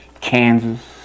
Kansas